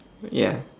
ya